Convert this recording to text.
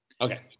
Okay